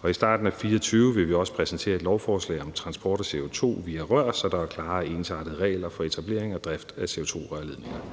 og i starten af 2024 vil vi også præsentere et lovforslag om transport af CO2 via rør, så der er klare og ensartede regler for etablering og drift af CO2-rørledninger.